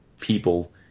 people